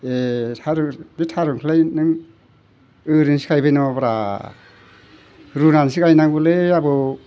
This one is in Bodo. ए थारुन बे थारुनखौलाय नों ओरैनोसो गायबाय नामाब्रा रुनानैसो गायनांगौलै आबौ